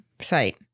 site